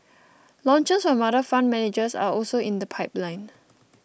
launches from other fund managers are also in the pipeline